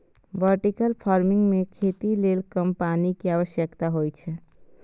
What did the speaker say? vertical farming मे खेती लेल कम पानि के आवश्यकता होइ छै